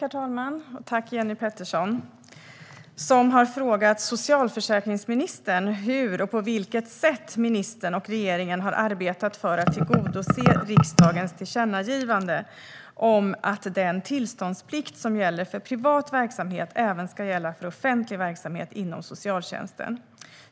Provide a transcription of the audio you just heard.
Herr talman! Jenny Petersson har frågat socialförsäkringsministern hur och på vilket sätt ministern och regeringen har arbetat för att tillgodose riksdagens tillkännagivande om att den tillståndsplikt som gäller för privat verksamhet även ska gälla för offentlig verksamhet inom socialtjänsten.